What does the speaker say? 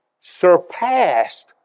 surpassed